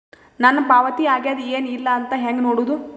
ನನ್ನ ಪಾವತಿ ಆಗ್ಯಾದ ಏನ್ ಇಲ್ಲ ಅಂತ ಹೆಂಗ ನೋಡುದು?